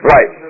Right